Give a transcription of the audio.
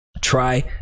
Try